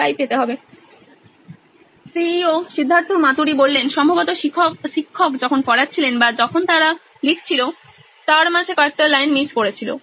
Siddharth Maturi C E O নোইন electronics সম্ভবত শিক্ষক যখন পড়াচ্ছিলেন বা যখন তারা লিখছিলো তার মাঝে কয়েকটি লাইন মিস করেছিলো